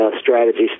strategies